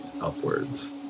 upwards